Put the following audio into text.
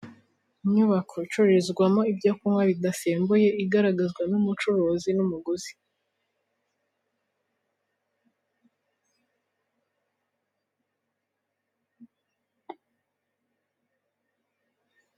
Inyubako icururizwamo ibyo kunywa bidasembuye, igaragazwa n'umucuruzi n'umuguzi